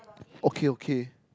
okay okay